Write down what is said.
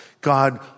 God